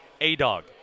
A-Dog